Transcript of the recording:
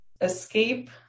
escape